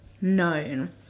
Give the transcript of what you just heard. known